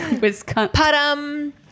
Wisconsin